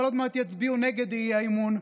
אבל עוד מעט יצביעו נגד האי-אמון,